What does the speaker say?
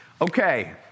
Okay